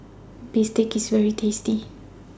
Bistake IS very tasty